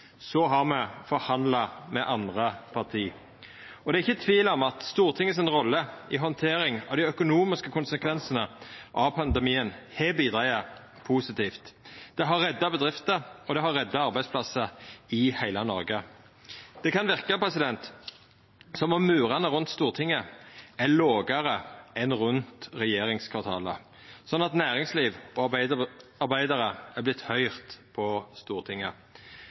Så har me forhandla med andre parti. Og det er ikkje tvil om at Stortingets rolle i handteringa av dei økonomiske konsekvensane av pandemien har bidrege positivt. Det har redda bedrifter og det har redda arbeidsplassar i heile Noreg. Det kan verka som om murane rundt Stortinget er lågare enn rundt regjeringskvartalet, slik at næringsliv og arbeidarar har vorte høyrde på Stortinget.